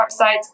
websites